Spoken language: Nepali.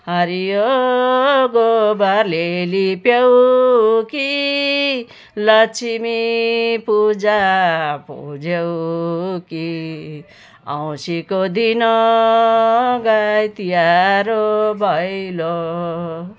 हरियो गोबरले लिप्यौ कि लक्ष्मीपूजा पुज्यौ कि औँसीको दिन हो गाई तिहार हो भैलो